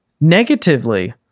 negatively